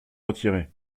retirer